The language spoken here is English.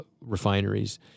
refineries